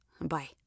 Bye